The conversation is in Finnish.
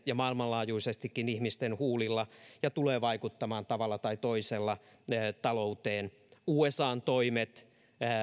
ja maailmanlaajuisestikin ihmisten huulilla ja tulee vaikuttamaan tavalla tai toisella talouteen usan toimet